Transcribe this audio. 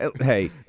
hey